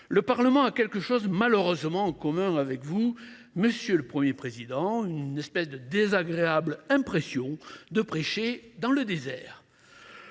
le Parlement a malheureusement en commun avec vous, monsieur le Premier président, d’avoir la désagréable impression de prêcher dans le désert…